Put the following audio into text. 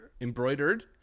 Embroidered